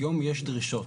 היום יש דרישות.